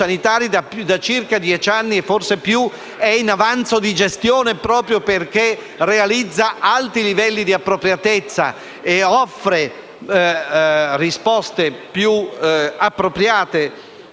da circa dieci anni e forse più, è in avanzo di gestione proprio perché realizza alti livelli di appropriatezza ed offre risposte più appropriate